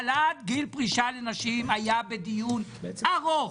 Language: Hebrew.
העלאת גיל פרישה לנשים היה בדיון ארוך,